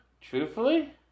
Truthfully